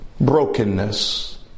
brokenness